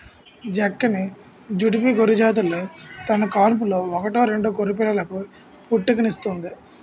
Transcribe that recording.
డెక్కాని, జుడిపి గొర్రెజాతులు తన కాన్పులో ఒకటో రెండో గొర్రెపిల్లలకు పుట్టుకనిస్తుంది